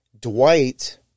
Dwight